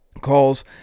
calls